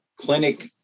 clinic